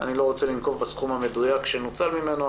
אני לא רוצה לנקוב בסכום המדויק שנוצל ממנו,